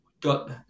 got